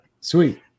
Sweet